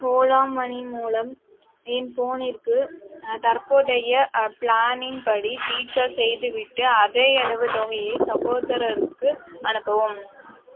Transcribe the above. Ola money மூலம் என் ஃபோனிற்க்கு தற்போதைய பிளானின் படி ரீசார்ஜ் செய்துவிட்டு அதேயளவு தொகையை சகோதரருக்கும் அனுப்பவும்